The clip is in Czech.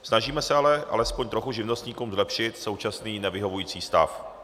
Snažíme se ale alespoň trochu živnostníkům zlepšit současný nevyhovující stav.